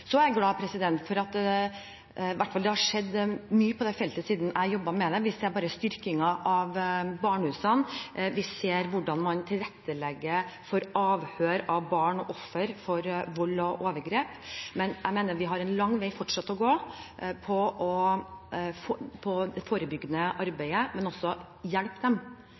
Så er jeg glad for at det i hvert fall har skjedd mye på dette feltet siden jeg jobbet med det. Vi ser bare styrkingen av barnehusene, vi ser hvordan man tilrettelegger for avhør av barn og offer for vold og overgrep. Jeg mener vi fortsatt har en lang vei å gå i det forebyggende arbeidet, men også for å hjelpe dem